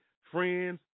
friends